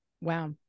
wow